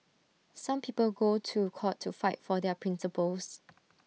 some people go to court to fight for their principles